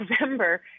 November